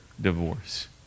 divorce